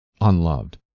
unloved